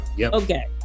Okay